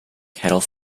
kettle